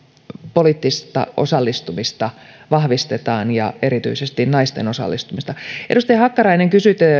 poliittista osallistumista vahvistetaan ja erityisesti naisten osallistumista edustaja hakkarainen